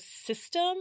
system